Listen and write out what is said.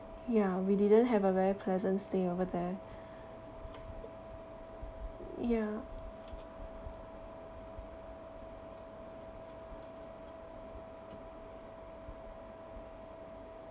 ya we didn't have a very pleasant stay over there ya